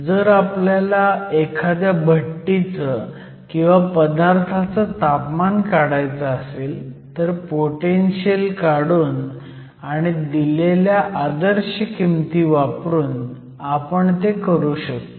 जर आपल्याला एखाद्या भट्टीचं किंवा पदार्थाचं तापमान काढायचं असेल तर पोटेनशीयल काढून आणि दिलेल्या आदर्श किमती वापरून आपण ते करू शकतो